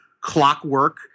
clockwork